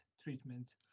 treatment